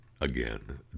again